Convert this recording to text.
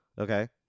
okay